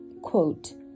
quote